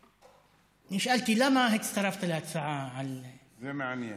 נשאלתי: למה הצטרפת להצעה, זה מעניין.